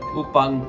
upang